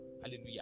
Hallelujah